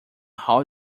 hall